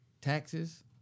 Taxes